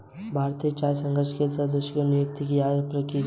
भारतीय चाय संघ के सदस्यों की नियुक्ति किस प्रकार की जाती है?